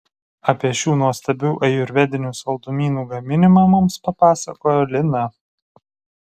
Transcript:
apie šių nuostabių ajurvedinių saldumynų gaminimą mums papasakojo lina